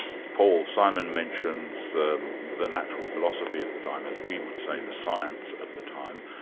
paul, simon mentions the the natural philosophy of the time, as we would say the science of the time.